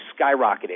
skyrocketed